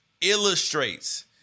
illustrates